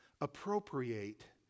appropriate